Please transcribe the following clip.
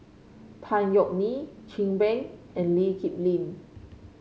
Tan Yeok Nee Chin Peng and Lee Kip Lin